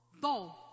bow